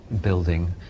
building